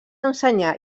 ensenyar